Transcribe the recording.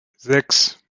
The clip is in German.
sechs